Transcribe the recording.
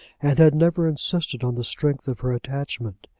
and had never insisted on the strength of her attachment.